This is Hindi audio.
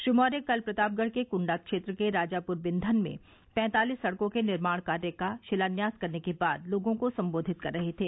श्री मौर्य कल प्रतापगढ़ के कुण्डा क्षेत्र के राजापुर बिश्वन में पैंतालीस सड़कॉ के निर्माण कार्य का शिलान्यास करने के बाद लोगों को संबोधित कर रहे थे